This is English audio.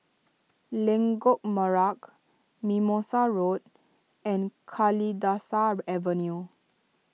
Lengkok Merak Mimosa Road and Kalidasa Avenue